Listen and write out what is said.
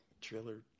trailer